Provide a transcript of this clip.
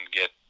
get